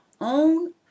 own